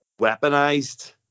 weaponized